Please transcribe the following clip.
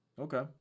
Okay